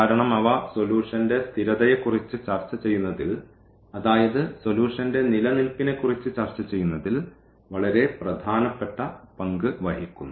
കാരണം അവ സൊലൂഷൻറെ സ്ഥിരതയെക്കുറിച്ച് ചർച്ച ചെയ്യുന്നതിൽ അതായത് സൊലൂഷൻറെ നിലനിൽപ്പിനെ കുറിച്ച് ചർച്ച ചെയ്യുന്നതിൽ വളരെ പ്രധാനപ്പെട്ട പങ്ക് വഹിക്കുന്നു